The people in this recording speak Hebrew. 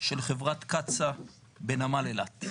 של חברת קצא"א בנמל אילת.